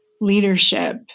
leadership